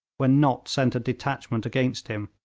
when nott sent a detachment against him.